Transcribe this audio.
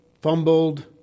fumbled